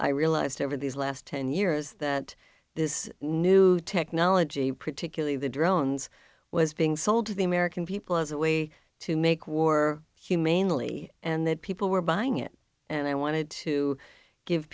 i realized over these last ten years that this new technology particularly the drones was being sold to the american people as a way to make war humanely and that people were buying it and i wanted to give